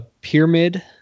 Pyramid